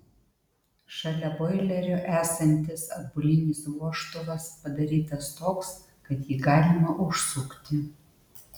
šalia boilerio esantis atbulinis vožtuvas padarytas toks kad jį galima užsukti